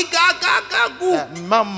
Mama